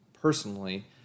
personally